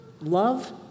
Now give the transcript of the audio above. love